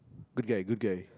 good guy good guy